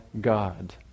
God